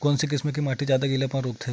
कोन से किसम के माटी ज्यादा गीलापन रोकथे?